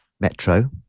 Metro